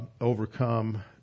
overcome